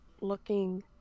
looking